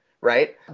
right